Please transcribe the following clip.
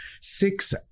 six